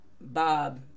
Bob